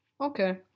Okay